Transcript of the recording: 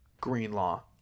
Greenlaw